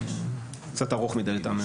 קצת ארוך מידי לטעמנו.